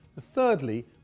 Thirdly